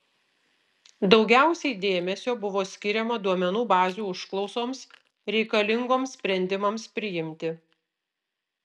daugiausiai dėmesio buvo skiriama duomenų bazių užklausoms reikalingoms sprendimams priimti